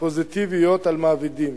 פוזיטיביות על מעבידים.